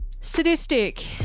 sadistic